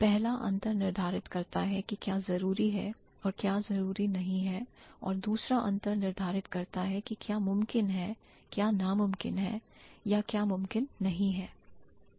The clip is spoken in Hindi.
पहला अंतर निर्धारित करता है कि क्या जरूरी है और क्या जरूरी नहीं है और दूसरा अंतर निर्धारित करता है कि क्या मुमकिन है क्या नामुमकिन है या क्या मुमकिन नहीं है